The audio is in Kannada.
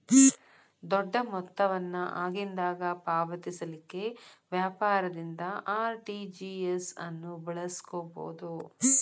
ದೊಡ್ಡ ಮೊತ್ತ ವನ್ನ ಆಗಿಂದಾಗ ಪಾವತಿಸಲಿಕ್ಕೆ ವ್ಯಾಪಾರದಿಂದ ಆರ್.ಟಿ.ಜಿ.ಎಸ್ ಅನ್ನು ಬಳಸ್ಕೊಬೊದು